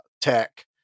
tech